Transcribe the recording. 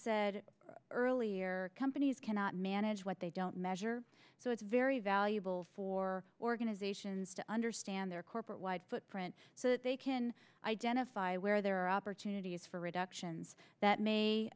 said earlier companies cannot manage what they don't measure so it's very valuable for organizations to understand their corporate wide footprint so we can identify where there are opportunities for reductions that may